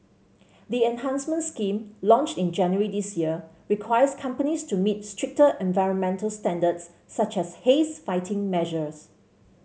the enhanced scheme launched in January this year requires companies to meet stricter environmental standards such as haze fighting measures